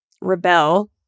rebel